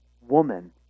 woman